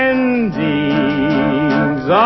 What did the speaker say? Endings